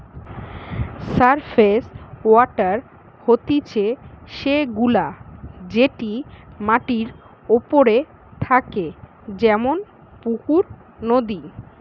surface water হতিছে সে গুলা যেটি মাটির ওপরে থাকে যেমন পুকুর, নদী